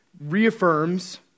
reaffirms